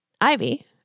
Ivy